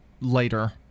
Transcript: later